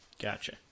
Gotcha